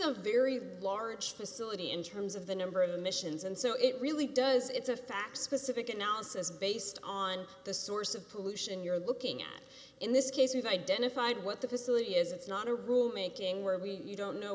a very large facility in terms of the number of missions and so it really does it's a fact specific analysis based on the source of pollution you're looking at in this case we've identified what the facility is it's not a rule making where we you don't know